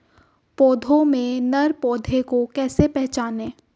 पौधों में नर पौधे को कैसे पहचानें?